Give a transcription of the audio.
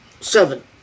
seven